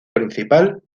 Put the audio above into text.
principal